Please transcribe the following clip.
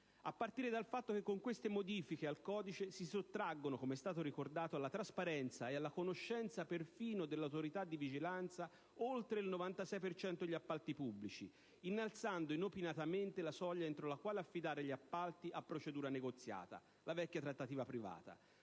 a partire dal fatto che con queste modifiche al codice - com'è stato ricordato - si sottrae alla trasparenza e alla conoscenza, perfino dell'Autorità di vigilanza, oltre il 96 per cento degli appalti pubblici, innalzando inopinatamente la soglia entro la quale affidare gli appalti a procedura negoziata (la vecchia trattativa privata).